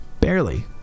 barely